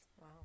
Wow